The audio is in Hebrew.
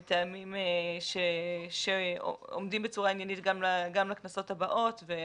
הסביבה הם טעמים שעומדים בצורה עניינית גם לכנסות הבאות.